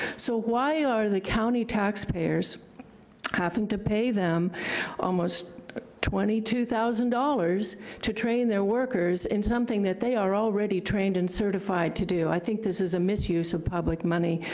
so why are the county taxpayers having to pay them almost twenty two thousand dollars to train their workers in something that they are already trained and certified to do? i think this is a misuse of public money,